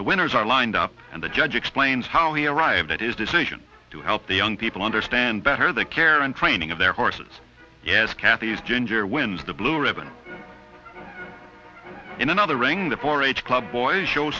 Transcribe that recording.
the winners are lined up and the judge explains how he arrived at his decision to help the young people understand better the care and training of their horses yes kathy's ginger wins the blue ribbon in another ring the four h club boys show